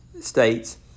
states